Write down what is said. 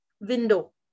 window